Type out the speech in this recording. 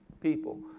people